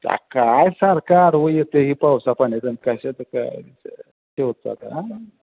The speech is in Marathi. आता काय सारखं आडवं येत आहे हे पावसापाण्याचं आणि कशाचं काय ठेवतो आता हां